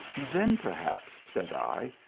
then, perhaps, said i,